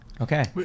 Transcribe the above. Okay